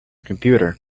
computer